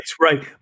right